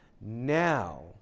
Now